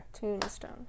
Tombstone